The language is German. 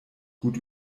gut